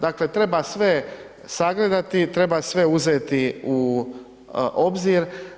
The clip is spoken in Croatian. Dakle, treba sve sagledati i treba sve uzeti u obzir.